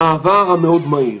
המעבר המאוד מהיר